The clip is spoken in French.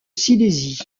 silésie